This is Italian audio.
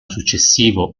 successivo